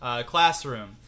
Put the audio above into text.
classroom